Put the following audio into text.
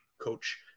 coach